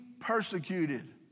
persecuted